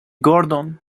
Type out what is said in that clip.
gordon